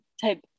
type